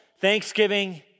thanksgiving